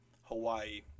Hawaii